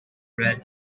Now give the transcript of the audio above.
red